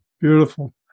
beautiful